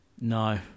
No